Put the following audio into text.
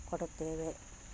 ಕೊಡುತ್ತೇವೆ